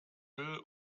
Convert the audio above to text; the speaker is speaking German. will